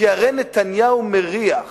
כי הרי נתניהו מריח